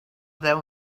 them